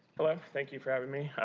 hello. thank you for having me.